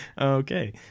Okay